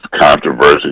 controversy